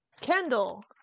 Kendall